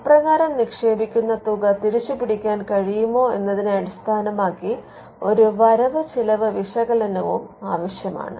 അപ്രകാരം നിക്ഷേപിക്കുന്ന തുക തിരിച്ചുപിടിക്കാൻ കഴിയുമോ എന്നതിനെ അടിസ്ഥാനമാക്കി ഒരു വരവ് ചിലവ് വിശകലനവും ആവശ്യമാണ്